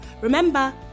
Remember